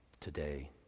today